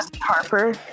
Harper